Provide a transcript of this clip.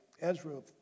Ezra